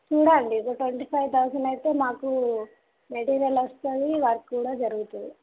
చూడండి ఒక twenty five thousand అయితే మాకు మెటీరియల్ వస్తుంది వర్క్ కూడా జరుగుతుంది